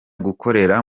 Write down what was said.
gukorera